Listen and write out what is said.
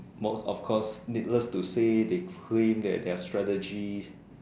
most of course needless to say they claim that their strategy